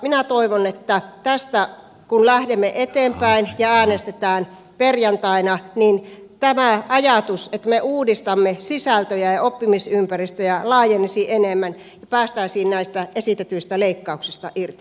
minä toivon että tästä kun lähdemme eteenpäin ja äänestetään perjantaina niin tämä ajatus että me uudistamme sisältöjä ja oppimisympäristöjä laajenisi enemmän ja päästäisiin näistä esitetyistä leikkauksista irti